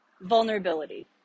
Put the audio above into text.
vulnerability